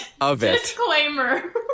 disclaimer